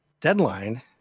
deadline